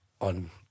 on